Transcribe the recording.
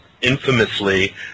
infamously